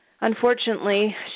unfortunately